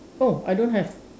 oh I don't have